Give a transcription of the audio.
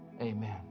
Amen